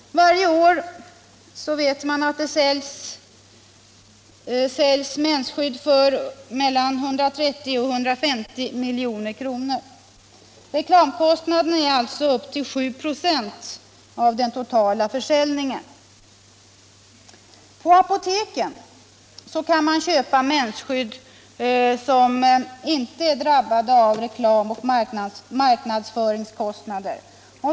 Man vet att det varje år säljs mensskydd för mellan 130 och 150 milj.kr. Reklamkostnaderna går alltså upp till 7 96 av den totala försäljningssumman. På apoteken kan man köpa mensskydd som inte är drabbade av reklamoch marknadsföringskostnader.